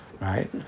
right